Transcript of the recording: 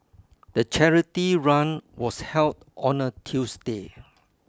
the charity run was held on a Tuesday